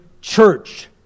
church